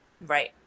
Right